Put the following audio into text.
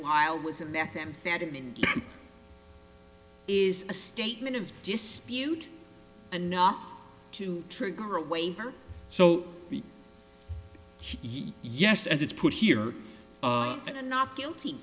it was a methamphetamine is a statement of dispute enough to trigger a waiver so yes as it's put here and not guilty